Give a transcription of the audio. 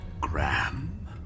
Graham